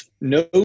No